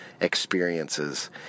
experiences